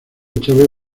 chávez